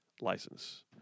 license